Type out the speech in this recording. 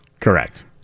Correct